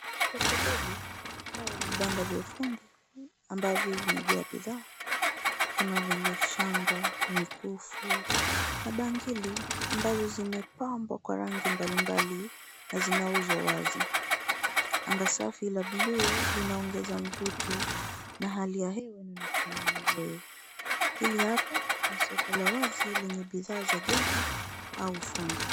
Soko ndogo au vibanda vya ufundi ambavyo vimejaa bidhaa kama vile shanga, mikufu na bangili ambazo zimepambwa kwa rangi mbalimbali na zinauzwa wazi. Anga safi la bluu linaongeza mvuto na hali ya hewa inaonekana ni nzuri. Hili hapa ni soko la wazi lenye bidhaa za jadi, au ufundi.